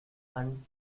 and